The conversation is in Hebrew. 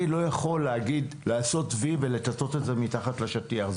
אני לא יכול לעשות וי ולטאטא את זה מתחת לשטיח.